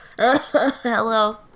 Hello